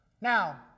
Now